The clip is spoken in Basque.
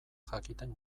jakiten